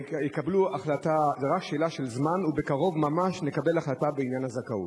זאת רק שאלה של זמן ובקרוב ממש נקבל החלטה בעניין הזכאות.